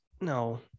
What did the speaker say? No